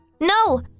No